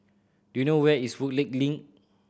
do you know where is Woodleigh Link